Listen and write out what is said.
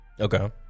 okay